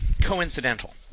coincidental